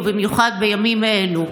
ובמיוחד בימים אלו.